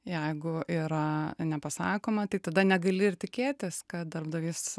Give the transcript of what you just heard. jeigu yra nepasakoma tai tada negali ir tikėtis kad darbdavys